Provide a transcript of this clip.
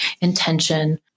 intention